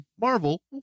marvel